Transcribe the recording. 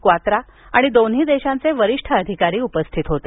क्वात्रा आणि दोन्ही देशांचे वरिष्ठ अधिकारी उपस्थित होते